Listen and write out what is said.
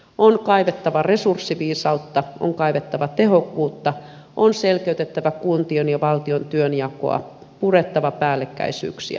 on kaivettava resurssiviisautta on kaivettava tehokkuutta on selkeytettävä kuntien ja valtion työnjakoa purettava päällekkäisyyksiä